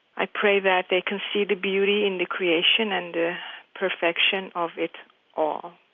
i pray that they can see the beauty in the creation and the perfection of it all